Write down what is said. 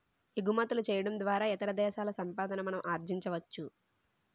ఎగుమతులు చేయడం ద్వారా ఇతర దేశాల సంపాదన మనం ఆర్జించవచ్చు